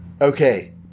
Okay